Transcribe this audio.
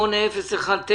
8019